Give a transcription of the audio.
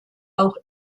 auch